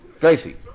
Gracie